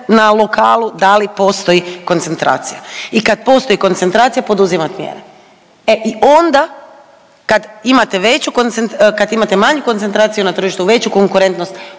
na lokalu da li postoji koncentracija. I kad postoji koncentracija poduzimat mjere. E i onda kad imate manju koncentraciju na tržištu, veću konkurentnost